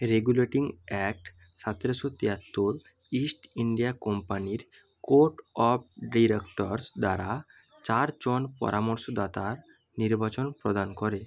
regulating act সতেরোশো তিয়াত্তর East India কোম্পানির কোর্ট অফ ডিরেক্টরস দ্বারা চারজন পরামর্শদাতার নির্বাচন প্রদান করে